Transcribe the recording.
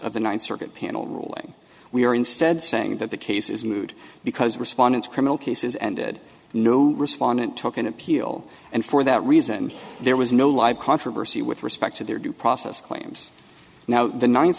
of the ninth circuit panel ruling we are instead saying that the case is moot because respondents criminal cases ended no respondent took an appeal and for that reason there was no live controversy with respect to their due process claims now the ninth